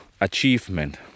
Achievement